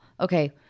Okay